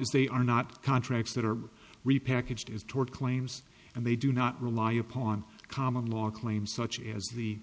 as they are not contracts that are repackaged is toward claims and they do not rely upon common law claims such as the